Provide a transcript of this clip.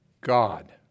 God